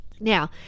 Now